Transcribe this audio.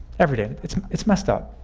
every day. it's it's messed up.